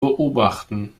beobachten